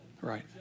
Right